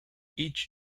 each